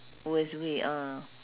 worst way ah